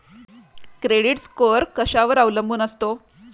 Credit score कशावर अवलंबून असतो?